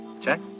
Check